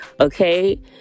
Okay